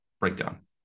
breakdown